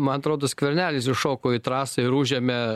man atrodo skvernelis įšoko į trasą ir užėmė